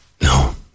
No